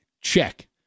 Check